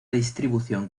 distribución